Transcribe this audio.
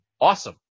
awesome